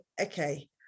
okay